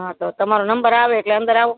હા તો તમારો નંબર આવે એટલે અંદર આવો